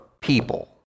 people